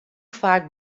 faak